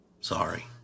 Sorry